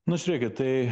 nu žiūrėkit tai